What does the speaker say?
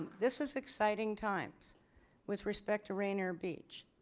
this is exciting times with respect to rainer beach.